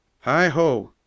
Hi-ho